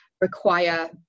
require